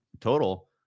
total